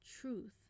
truth